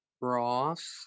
Ross